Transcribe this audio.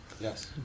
Yes